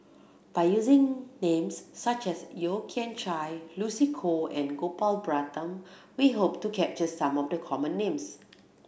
by using names such as Yeo Kian Chye Lucy Koh and Gopal Baratham we hope to capture some of the common names